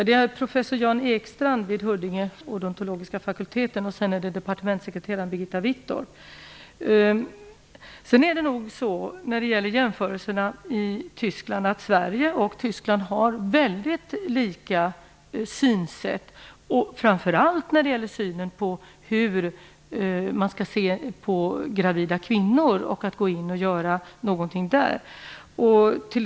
Det är professor Jan Ekstrand vid Huddinge odontologiska fakultet och departementssekreterare Vid en jämförelse kan man se att Sverige och Tyskland har mycket lika synsätt, framför allt när det gäller hur man skall se på gravida kvinnor och behandlingen av dem.